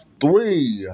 Three